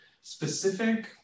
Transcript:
specific